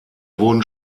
wurden